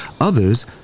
Others